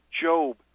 Job